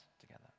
together